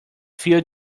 fear